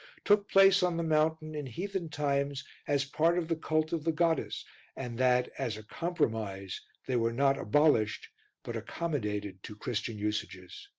took place on the mountain in heathen times as part of the cult of the goddess and that, as a compromise, they were not abolished but accommodated to christian usages.